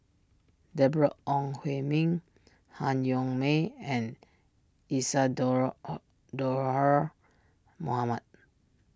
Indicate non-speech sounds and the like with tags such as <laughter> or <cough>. Deborah Ong Hui Min Han Yong May and Isadhora <unintelligible> Mohamed